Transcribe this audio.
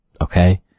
okay